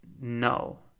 no